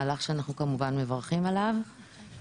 מהלך שאנחנו כמובן מברכים עליו,